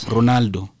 Ronaldo